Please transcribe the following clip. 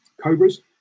Cobras